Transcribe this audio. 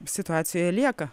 situacijoje lieka